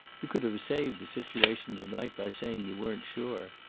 you could have saved the situation to-night by saying you weren't sure.